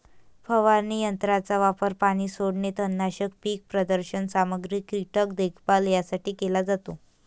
फवारणी यंत्राचा वापर पाणी सोडणे, तणनाशक, पीक प्रदर्शन सामग्री, कीटक देखभाल यासाठी केला जातो